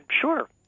sure